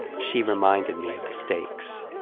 she reminded me of the stakes.